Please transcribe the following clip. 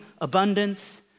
abundance